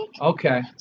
okay